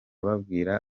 babwira